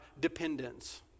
dependence